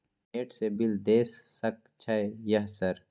Net से bill देश सक छै यह सर?